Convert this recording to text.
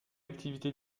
activité